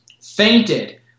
fainted